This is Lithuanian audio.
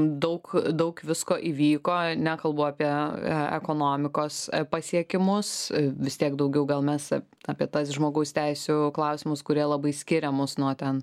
daug daug visko įvyko nekalbu apie ekonomikos pasiekimus vis tiek daugiau gal mes apie tas žmogaus teisių klausimus kurie labai skiria mus nuo ten